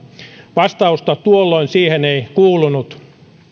vastausta tuolloin siihen ei kuulunut